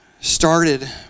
started